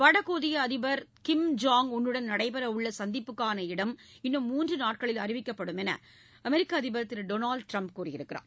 வடகொரிய அதிபர் கிம் ஜாய் உன்னுடன் நடைபெற உள்ள சந்திப்புக்கான இடம் இன்னும் மூன்று நாட்களில் அறிவிக்கப்படும் என்று அமெரிக்க அதிபர் திரு டொனால்ட் ட்ரம்ப் கூறியுள்ளார்